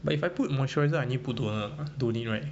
but if I put moisturiser I need put toner don't need right